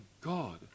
God